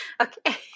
Okay